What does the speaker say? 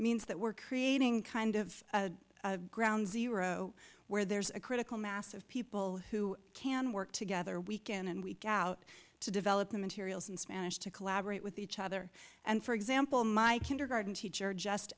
means that we're creating kind of ground zero where there's a critical mass of people who can work together week in and week out to develop the materials in spanish to collaborate with each other and for example my kindergarten teacher just